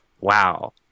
Wow